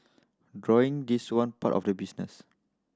drawing is one part of the business